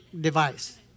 device